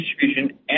distribution